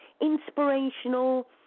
inspirational